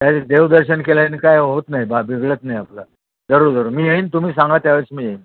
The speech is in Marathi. त्यावेळी देवदर्शन केल्याने काय होत नाही बा बिघडत नाही आपलं जरू जरूर मी येईन तुम्ही सांगा त्यावेळेस मी येईन